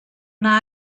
wna